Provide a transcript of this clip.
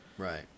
right